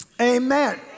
Amen